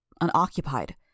unoccupied